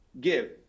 give